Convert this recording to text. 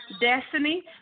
Destiny